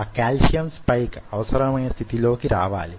ఆ calcium spike అవసరమైన స్థితిలోకి రావాలి